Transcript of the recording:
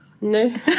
No